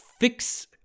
fix